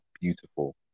beautiful